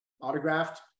autographed